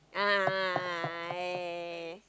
a'ah a'ah a'ah yeah yeah yeah yeah yeah yeah